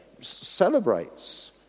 celebrates